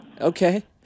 Okay